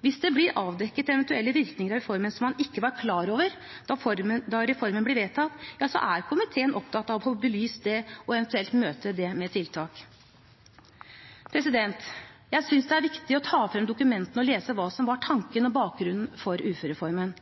Hvis det blir avdekket eventuelle virkninger av reformen som man ikke var klar over da reformen ble vedtatt, er komiteen opptatt av å få belyst det og eventuelt møte det med tiltak. Jeg synes det er viktig å ta frem dokumentene og lese hva som var tanken og bakgrunnen for uførereformen.